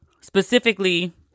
Specifically